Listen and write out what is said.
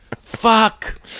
Fuck